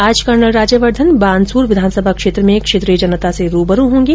आज कर्नल राज्यवर्धन बानसूर विधानसभा क्षेत्र में क्षेत्रीय जनता से रूबरू होंगे